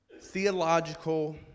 theological